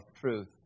truth